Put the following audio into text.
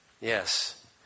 Yes